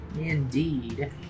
Indeed